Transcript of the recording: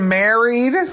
married